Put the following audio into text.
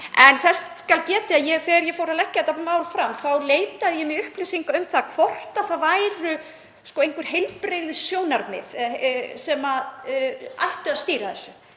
En þess skal getið að þegar ég lagði þetta mál fram þá leitaði ég mér upplýsinga um það hvort það væru einhver heilbrigðissjónarmið sem ættu að stýra þessu.